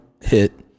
hit